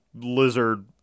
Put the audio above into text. lizard